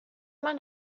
man